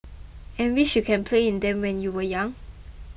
and wish you can play in them when you were young